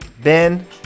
Ben